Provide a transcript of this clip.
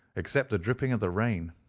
except the dripping of the rain.